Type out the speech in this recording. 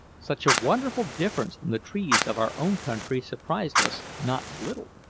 such a wonderful difference from the trees of our own country surprised us not a little.